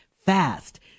fast